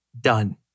done